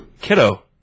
kiddo